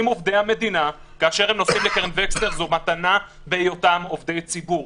עובדי המדינה כאשר הם נוסעים לקרן וקסנר זאת מתנה בהיותם עובדי ציבור.